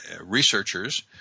researchers